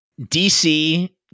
DC